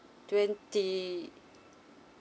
twenty